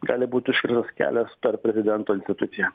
gali būt užkirstas kelias per prezidento instituciją